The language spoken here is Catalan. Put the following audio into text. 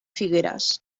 figueres